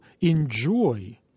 enjoy